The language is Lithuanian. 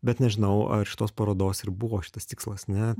bet nežinau ar šitos parodos ir buvo šitas tikslas ne